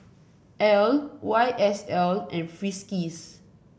Elle Y S L and Friskies